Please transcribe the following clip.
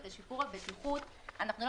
טכנולוגיות לשיפור הבטיחות אנחנו לא